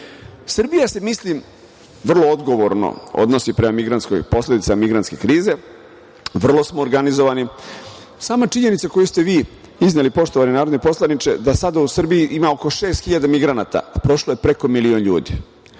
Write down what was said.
EU.Srbija se vrlo odgovorno odnosi prema posledicama migrantske krize, vrlo smo organizovani. Sama činjenica koju ste vi izneli, poštovani narodni poslaniče, da sada u Srbiji ima oko 6.000 migranata, a prošlo je preko milion ljudi,